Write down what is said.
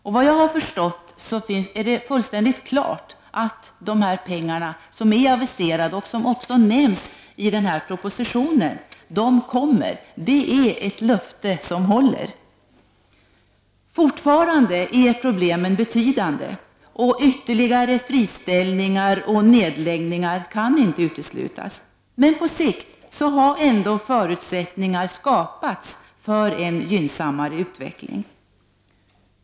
Såvitt jag har förstått är det fullständigt klart att dessa pengar, som är aviserade och som också nämns i propositionen, kommer att tillföras. Det är ett löfte som håller. Fortfarande är problemen betydande, och ytterligare friställningar och nedläggningar kan inte uteslutas. Men förutsättningar har ändå skapats för en på sikt gynnsammare utveckling.